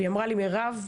והיא אמרה לי: מירב,